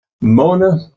Mona